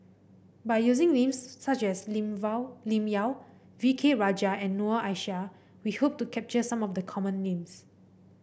by using names such as Lim Lim Yau V K Rajah and Noor Aishah we hope to capture some of the common names